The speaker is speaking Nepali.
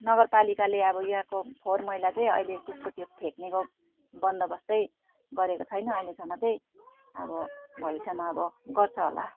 नगरपालिकाले अब यहाँको फोहर मैला चाहिँ अहिले त्यस्तो त्यो फ्याँक्नेको बन्दोबस्त चाहिँ गरेको छैन अहिलेसम्म चाहिँ अब भविष्यमा अब गर्छ होला